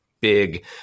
big